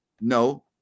No